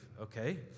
Okay